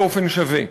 באופן שווה.